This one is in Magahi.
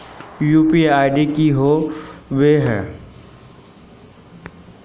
यु.पी.आई की होबे है?